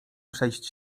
przejść